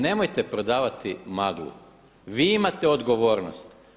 Nemojte prodavati maglu, vi imate odgovornost.